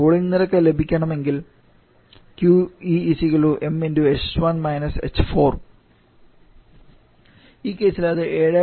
cooling നിരക്ക് ലഭിക്കണമെങ്കിൽ 𝑄𝐸 𝑚 ℎ1 − ℎ4 ഈ കേസിൽ അത് 7